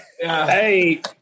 Hey